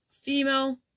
female